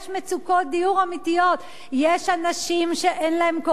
יש מצוקות דיור אמיתיות,